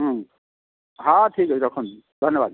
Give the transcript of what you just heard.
ହଁ ଠିକ୍ ଅଛି ରଖନ୍ତୁ ଧନ୍ୟବାଦ